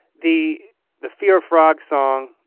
the the fear frog song